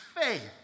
faith